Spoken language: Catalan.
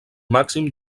màxim